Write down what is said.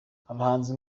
abahanzi